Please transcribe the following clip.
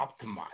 optimize